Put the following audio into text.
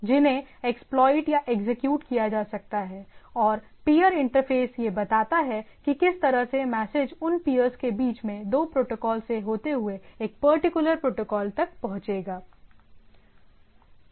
जिन्हें एक्सप्लोइट या एग्जीक्यूट किया जा सकता हैऔर पियर इंटरफ़ेस यह बताता है कि किस तरह से मैसेज उन पीयर्स के बीच में दो प्रोटोकॉल से होते हुए एक पर्टिकुलर प्रोटोकॉल तक पहुंचेगा